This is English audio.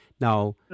now